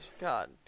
God